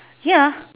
ya